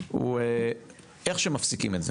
איך שמפסיקים את זה.